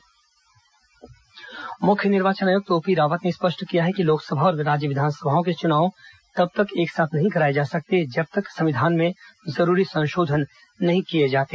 मुख्य निर्वाचन आयुक्त चुनाव मुख्य निर्वाचन आयुक्त ओपी रावत ने स्पष्ट किया है कि लोकसभा और राज्य विधानसभाओं के चुनाव तब तक एक साथ नहीं कराये जा सकते जब तक संविधान में जरूरी संशोधन नहीं किए जाते